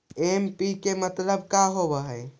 NPK मतलब का होव हइ?